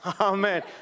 Amen